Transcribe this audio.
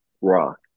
rock